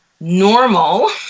normal